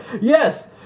Yes